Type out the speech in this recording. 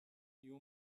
you